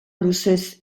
luzez